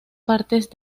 partes